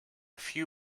few